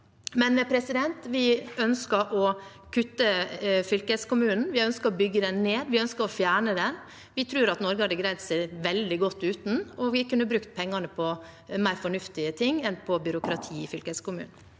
valgene. Vi ønsker å kutte fylkeskommunen. Vi ønsker å bygge den ned. Vi ønsker å fjerne den. Vi tror at Norge hadde greid seg veldig godt uten, og vi kunne brukt pengene på mer fornuftige ting enn på byråkrati i fylkeskommunene.